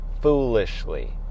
foolishly